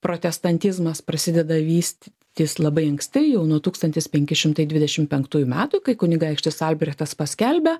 protestantizmas prasideda vystytis labai anksti jau nuo tūkstantis penki šimtai dvidešim penktųjų metų kai kunigaikštis albrechtas paskelbia